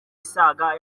isaga